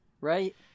Right